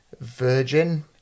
Virgin